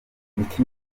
nicki